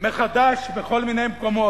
מחדש בכל מיני מקומות.